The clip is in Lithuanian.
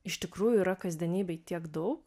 iš tikrųjų yra kasdienybėj tiek daug